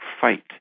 fight